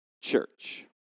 church